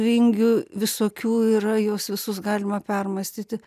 vingių visokių yra juos visus galima permąstyti